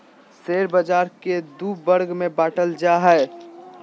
share बाज़ार के दू वर्ग में बांटल जा हइ